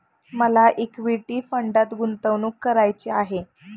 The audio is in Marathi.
मला इक्विटी फंडात गुंतवणूक करायची आहे